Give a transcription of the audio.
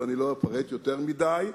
ולא אפרט יותר מדי,